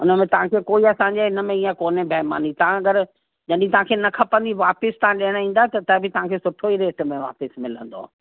उनमें तव्हांखे कोई असांजे इनमें कोन्हे बईमानी तव्हां अगरि जॾहिं तव्हांखे न खपंदी वापिसि तव्हां ॾियणु ईंदा त बि तव्हांखे सुठो ई रेट में वापिसि मिलंदो